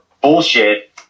bullshit